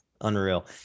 Unreal